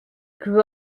grew